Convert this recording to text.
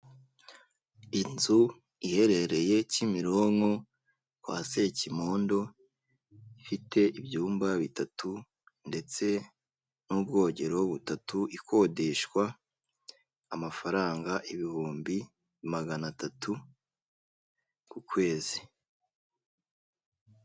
Inzu iherereye Kimironko kwa Sekimondo, ifite ibyumba bitatu ndetse n'ubwogero butatu, ikodeshwa amafaranga ibihumbi magana atatu ku kwezi.